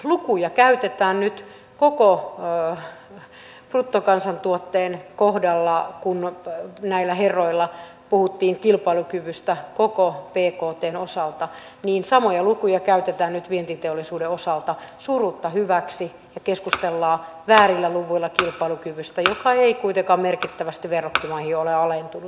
lukuja käytetään nyt koko bktn kohdalla kun nämä herrat puhuivat kilpailukyvystä koko bktn osalta ja samoja lukuja käytetään nyt vientiteollisuuden osalta surutta hyväksi ja keskustellaan väärillä luvuilla kilpailukyvystä joka ei kuitenkaan merkittävästi verrokkimaihin ole alentunut